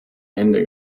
hände